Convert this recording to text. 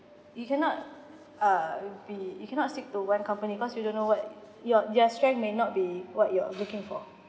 you cannot uh be you cannot stick to one company cause you don't know what their their strength may not be what you're looking for